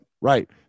Right